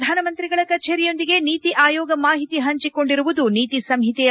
ಪ್ರಧಾನಮಂತ್ರಿಗಳ ಕಚೇರಿಯೊಂದಿಗೆ ನೀತಿ ಆಯೋಗ ಮಾಹಿತಿ ಹಂಚಿಕೊಂಡಿರುವುದು ನೀತಿ ಸಂಹಿತೆಯ